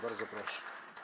Bardzo proszę.